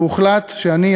והוחלט שאני,